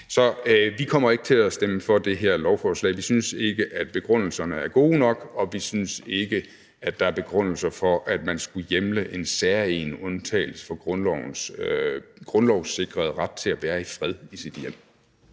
Så vi kommer ikke til at stemme for det her lovforslag. Vi synes ikke, at begrundelserne er gode nok, og vi synes ikke, at der er begrundelse for, at man skulle hjemle en særegen undtagelse fra den grundlovssikrede ret til at være i fred i sit hjem.